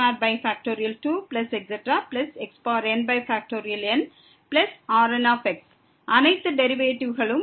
Rnx அனைத்து டெரிவேட்டிவ்களும் 1